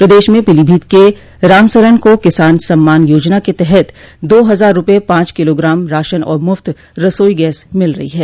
प्रदेश में पीलीभीत के रामसरन को किसान सम्मान योजना के तहत दो हजार रुपये पांच किलोग्राम राशन और मुफ्त रसोई गैस मिल रही है